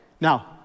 Now